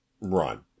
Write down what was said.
run